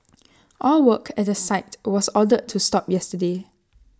all work at the site was ordered to stop yesterday